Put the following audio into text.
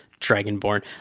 dragonborn